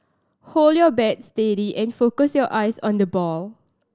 hold your bat steady and focus your eyes on the ball